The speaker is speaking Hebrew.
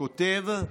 הכותב,